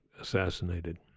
assassinated